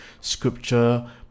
scripture